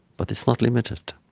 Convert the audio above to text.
but it's not limited.